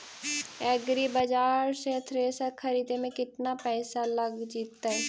एग्रिबाजार से थ्रेसर खरिदे में केतना पैसा लग जितै?